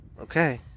Okay